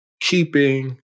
keeping